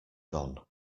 gone